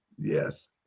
Yes